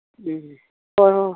ꯎꯝ ꯍꯣꯏ ꯍꯣꯏ